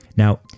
Now